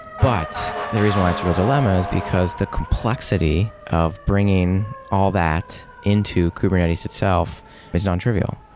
but the reason why it's real dilemma is because the complexity of bringing all that into kubernetes itself is nontrivial,